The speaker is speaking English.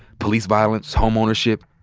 police violence, home ownership,